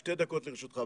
שתי דקות לרשותך,